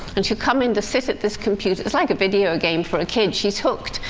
and she'll come in to sit at this computer it's like a video game for a kid she's hooked.